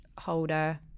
holder